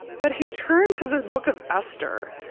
but he turned to the book of esther,